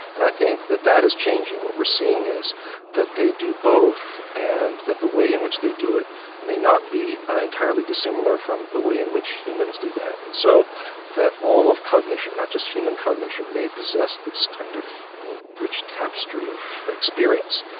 and i think that that is changing what we're seeing is that they do both, and that the way in which they do it may not be ah entirely dissimilar from the way in which humans do that. and so that all of cognition, not just human cognition, may possess this kind of rich tapestry of experience.